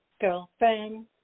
girlfriend